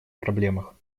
проблемах